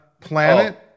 planet